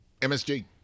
MSG